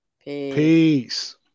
Peace